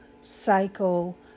cycle